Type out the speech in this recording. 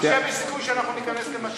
עכשיו יש סיכוי שאנחנו ניכנס למשבר,